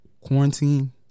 quarantine